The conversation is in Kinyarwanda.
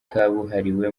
kabuhariwe